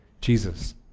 Jesus